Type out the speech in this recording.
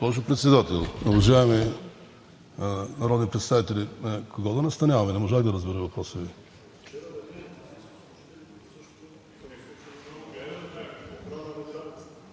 Госпожо Председател, уважаеми народни представители! Кого да настаняваме? Не можах да разбера въпроса